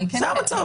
זה המצב.